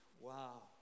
Wow